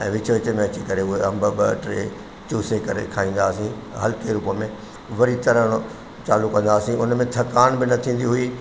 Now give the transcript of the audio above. ऐं विच विच में अची करे उहे अंब ॿ टे चुसे करे खाईंदासीं हल्के रूप में वरी तरणु चालू कंदासीं उन में थकान बि न थींदी हुई